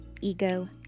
ego